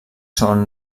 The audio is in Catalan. són